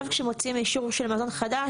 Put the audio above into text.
אבל נכון לעכשיו, כשמוציאים אישור של מזון חדש.